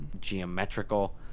geometrical